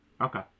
Okay